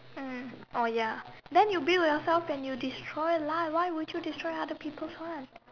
mm oh ya then you build yourself and you destroy lah why would you destroy other people's one